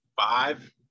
five